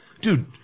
dude